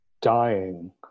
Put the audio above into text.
dying